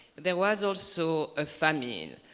there was also a famine.